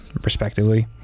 respectively